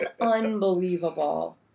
unbelievable